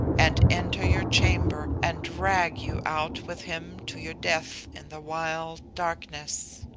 and enter your chamber, and drag you out with him to your death in the wild darkness.